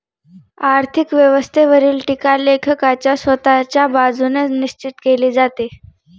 आर्थिक व्यवस्थेवरील टीका लेखकाच्या स्वतःच्या बाजूने निश्चित केली जाते